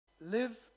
Live